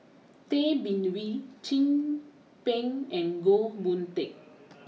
Tay Bin Wee Chin Peng and Goh Boon Teck